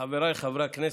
חבריי חברי הכנסת,